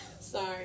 Sorry